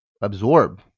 absorb